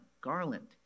Garland